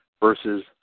versus